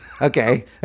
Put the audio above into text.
Okay